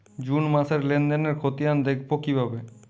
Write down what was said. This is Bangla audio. জুন মাসের লেনদেনের খতিয়ান দেখবো কিভাবে?